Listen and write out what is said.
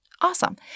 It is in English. awesome